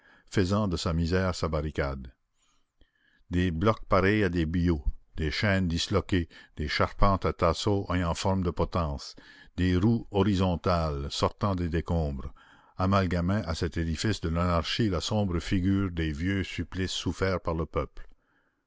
faisant de sa misère sa barricade des blocs pareils à des billots des chaînes disloquées des charpentes à tasseaux ayant forme de potences des roues horizontales sortant des décombres amalgamaient à cet édifice de l'anarchie la sombre figure des vieux supplices soufferts par le peuple